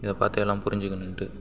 இதை பார்த்து எல்லாம் புரிஞ்சிக்கணுன்ட்டு